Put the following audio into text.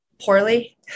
Poorly